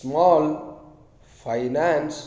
small finance